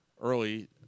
early